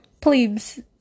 Please